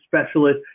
specialist